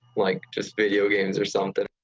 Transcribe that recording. like just video games or something.